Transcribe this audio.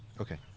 Okay